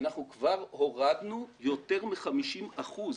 אנחנו כבר הורדנו יותרמ-50 אחוזים.